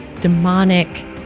demonic